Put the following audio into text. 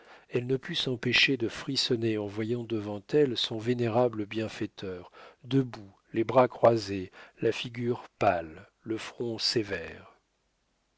elle ne put s'empêcher de frissonner en voyant devant elle son vénérable bienfaiteur debout les bras croisés la figure pâle le front sévère